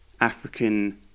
African